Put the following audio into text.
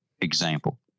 example